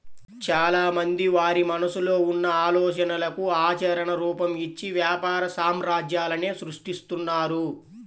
చాలామంది వారి మనసులో ఉన్న ఆలోచనలకు ఆచరణ రూపం, ఇచ్చి వ్యాపార సామ్రాజ్యాలనే సృష్టిస్తున్నారు